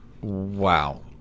Wow